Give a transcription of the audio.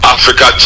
Africa